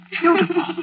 beautiful